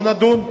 בוא נדון.